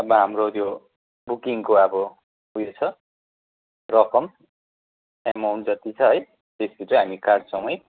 अब हाम्रो त्यो बुकिङको अब उयो छ रकम एमाउन्ट जति छ है त्यति चाहिँ हामी काट्छौँ है